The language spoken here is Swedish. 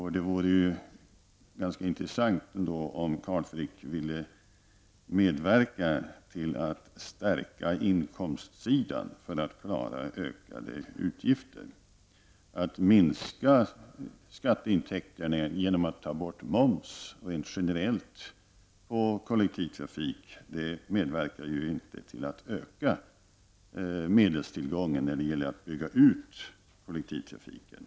Det vore intressant att höra om Carl Frick ville medverka till att stärka inkomstsidan för att klara de ökade utgifterna. Att minska skatteintäkterna genom att ta bort moms rent generellt på kollektivtrafiken medverkar inte till att öka medelstillgången för att bygga ut kollektivtrafiken.